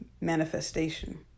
manifestation